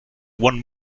one